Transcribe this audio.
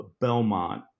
Belmont